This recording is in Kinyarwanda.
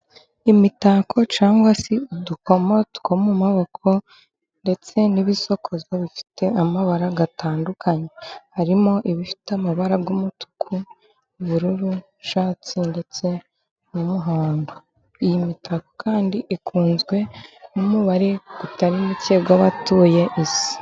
Imitako cyangwa se udukomo two mu maboko ndetse n'ibisokozo, bifite amabara atandukanye. Harimo ibifite amabara y'umutuku, ubururu, icyatsi ndetse n'umuhondo. Iyi mitako kandi ikunzwe n'umubare utari muke w'abatuye isi.